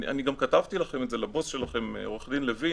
אני כתבתי את זה לבוס שלכם, עורך הדין לוין.